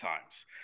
times